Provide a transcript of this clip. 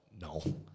no